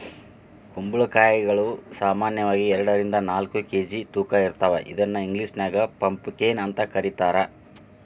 ಕುಂಬಳಕಾಯಿಗಳು ಸಾಮಾನ್ಯವಾಗಿ ಎರಡರಿಂದ ನಾಲ್ಕ್ ಕೆ.ಜಿ ತೂಕ ಇರ್ತಾವ ಇದನ್ನ ಇಂಗ್ಲೇಷನ್ಯಾಗ ಪಂಪಕೇನ್ ಅಂತ ಕರೇತಾರ